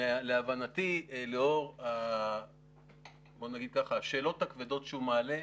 להבנתי לאור השאלות הכבדות שהוא מעלה,